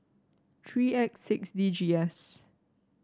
three X six D G S